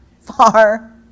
far